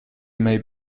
may